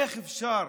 איך אפשר